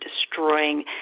destroying